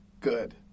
good